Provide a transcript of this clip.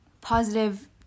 Positive